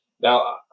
Now